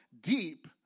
deep